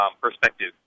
perspective